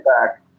back